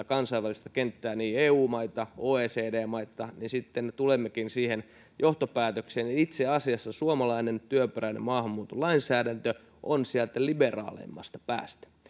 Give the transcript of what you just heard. kansainvälistä kenttää eu maita oecd maita niin sitten me tulemmekin siihen johtopäätökseen että itse asiassa suomalainen työperäisen maahanmuuton lainsäädäntö on sieltä liberaaleimmasta päästä